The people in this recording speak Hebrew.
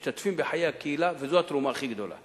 משתתפים בחיי הקהילה, וזו התרומה הכי גדולה.